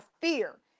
fear